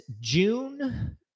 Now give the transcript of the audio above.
June